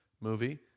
movie